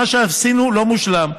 מה שעשינו לא מושלם,